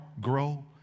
grow